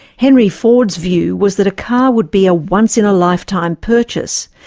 henry ford's view was that a car would be a once-in-a-lifetime purchase,